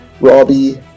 Robbie